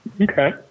Okay